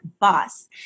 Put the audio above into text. boss